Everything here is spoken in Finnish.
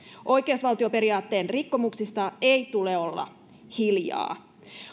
oikeusvaltioperiaatteen rikkomuksista ei tule olla hiljaa